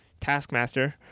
taskmaster